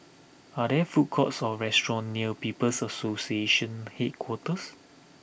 are there food courts or restaurants near People's Association Headquarters